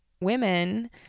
women